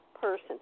person